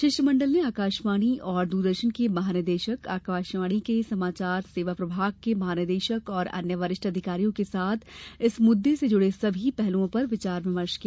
शिष्टमंडल ने आकाशवाणी और दूरदर्शन के महानिदेशक आकाशवाणी के समाचार सेवा प्रभाग के महानिदेशक और अन्य वरिष्ठ अधिकारियों के साथ इस मुद्दे से जूडे सभी पहलुओं पर विचार विमर्श किया